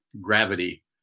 gravity